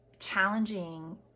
challenging